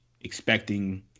expecting